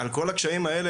על כל הקשיים כאלה,